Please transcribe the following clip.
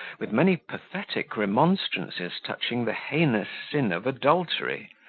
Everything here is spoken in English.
with many pathetic remonstrances touching the heinous sin of adultery,